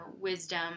wisdom